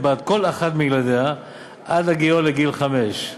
בעד כל אחד מילדיה עד הגיעו לגיל חמש.